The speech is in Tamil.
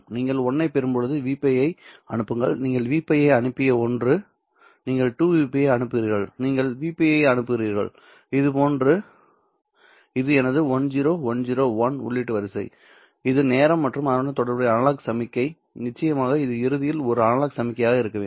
நீங்கள் 1ஐ பெறும்போது V π ஐ அனுப்புங்கள்நீங்கள் V πக்கு அனுப்பிய ஒன்று நீங்கள் 2V π ஐ அனுப்புகிறீர்கள் நீங்கள் V π ஐ அனுப்புகிறீர்கள் இதுபோன்று இது எனது 1 0 1 0 1 உள்ளீட்டு வரிசை இது நேரம் மற்றும் அதனுடன் தொடர்புடைய அனலாக் சமிக்ஞை நிச்சயமாக இது இறுதியில் ஒரு அனலாக் சமிக்ஞையாக இருக்க வேண்டும்